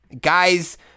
guys